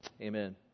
Amen